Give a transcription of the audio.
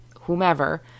whomever